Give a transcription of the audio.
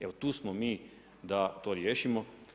Evo tu smo mi da to riješimo.